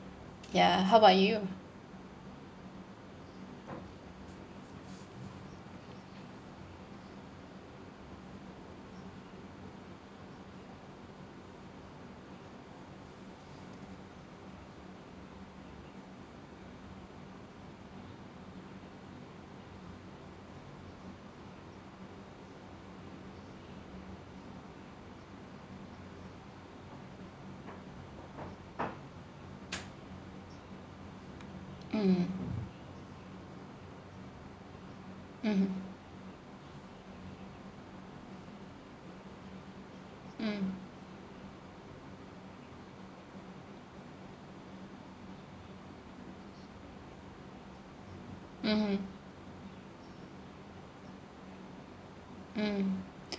ya how about you mmhmm mmhmm mm mmhmm mm